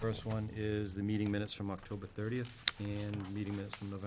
first one is the meeting minutes from october thirtieth and meeting minutes from the